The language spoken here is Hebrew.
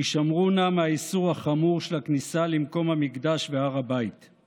הישמרו נא מהאיסור החמור של הכניסה למקום המקדש והר הבית";